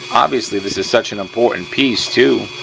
obviously this is such an important piece too.